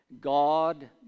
God